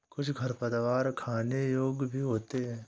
कुछ खरपतवार खाने योग्य भी होते हैं